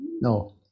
No